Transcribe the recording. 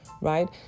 right